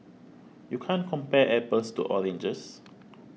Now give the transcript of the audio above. you can't compare apples to oranges